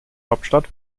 hauptstadt